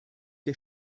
der